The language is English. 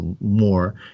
more